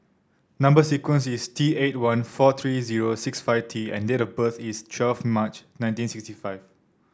number sequence is T eighty one four three zero sixt five T and date of birth is twelve March nineteen sixty five